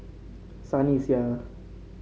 Sunny Sia